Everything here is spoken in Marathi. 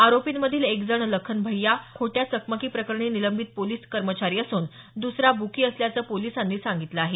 आरोपींमधील एकजण लखन भय्या खोट्या चकमकी प्रकरणी निलंबित पोलिस कर्मचारी असून दुसरा बुकी असल्याचं पोलिसांनी सांगितलं आहे